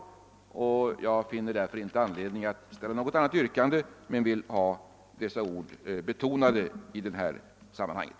Jag finner därför inte anledning att framställa något särskilt yrkande, men jag vill ha dessa ord betonade i sammanhanget.